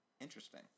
Interesting